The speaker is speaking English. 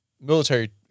military